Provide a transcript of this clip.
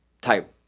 type